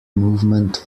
movement